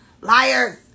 Liars